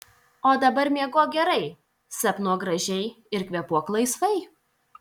o dabar miegok gerai sapnuok gražiai ir kvėpuok laisvai